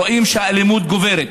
רואים שהאלימות גוברת,